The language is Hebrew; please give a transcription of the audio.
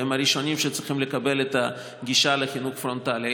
והם הראשונים שצריכים לקבל את הגישה לחינוך פרונטלי.